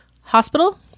hospital